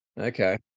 Okay